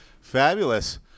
Fabulous